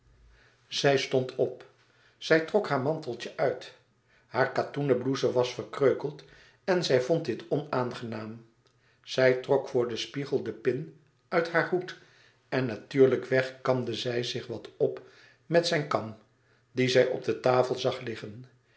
zij stond op zij trok haar manteltje uit haar katoenen blouse was verkreukt en zij vond dit onaangenaam zij trok voor den spiegel de pin uit haar hoed en natuurlijk weg kamde zij zich wat op met zijn kam die zij op tafel zag liggen